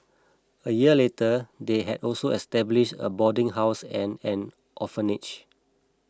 a year later they had also established a boarding house and an orphanage